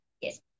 Yes